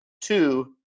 two